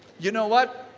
you know what?